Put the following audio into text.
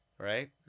Right